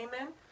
amen